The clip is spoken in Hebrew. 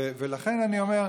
ולכן אני אומר,